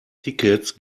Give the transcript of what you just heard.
tickets